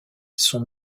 sont